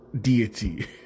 deity